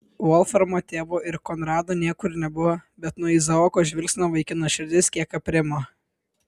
volframo tėvo ir konrado niekur nebuvo bet nuo izaoko žvilgsnio vaikino širdis kiek aprimo